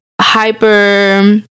hyper